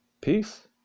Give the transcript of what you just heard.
Peace